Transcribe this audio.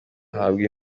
ahabwa